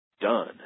done